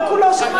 איך שמרתם?